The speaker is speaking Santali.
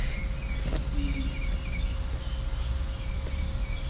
ᱠᱚᱯᱤ